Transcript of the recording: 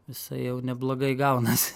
visai jau neblogai gaunasi